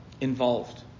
involved